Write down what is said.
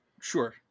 Sure